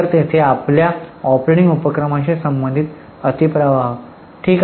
तर तेथे आपल्या ऑपरेटिंग उपक्रमाशी संबंधित अति प्रवाह ठीक आहेत